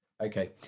Okay